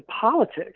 politics